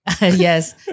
Yes